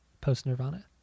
post-Nirvana